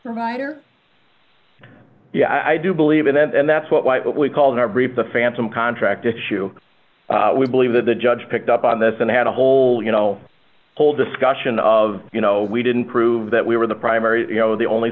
provider yes i do believe it and that's what we called our brief the phantom contract issue we believe that the judge picked up on this and had a whole you know whole discussion of you know we didn't prove that we were the primary you know the only